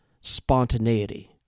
spontaneity